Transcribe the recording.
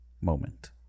moment